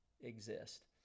exist